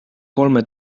kolme